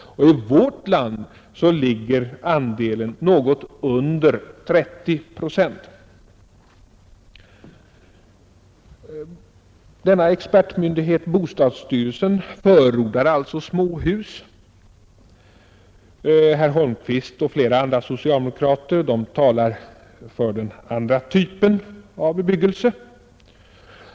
I vårt land är andelen något under 30 procent. Denna expertmyndighet, bostadsstyrelsen, förordar alltså småhus. Herr Holmqvist och flera andra socialdemokrater talar för den andra typen av bebyggelse.